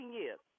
years